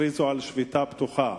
שהכריזו על שביתה פתוחה.